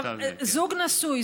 זוג נשוי,